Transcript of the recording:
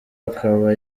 akaba